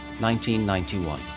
1991